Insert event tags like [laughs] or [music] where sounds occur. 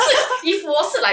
[laughs]